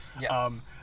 Yes